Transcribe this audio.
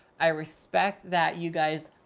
i respect that you guys